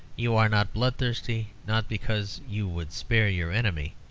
you are not bloodthirsty, not because you would spare your enemy,